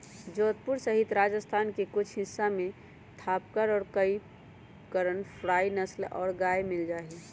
जोधपुर सहित राजस्थान के कुछ हिस्सा में थापरकर और करन फ्राइ नस्ल के गाय मील जाहई